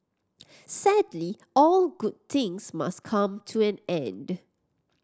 sadly all good things must come to an end